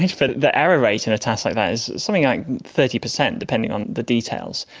the the error rate in a task like that is something like thirty percent, depending on the details.